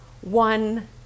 one